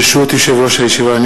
ברשות יושב-ראש הישיבה,